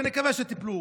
ונקווה שתפלו,